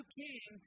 king